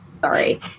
sorry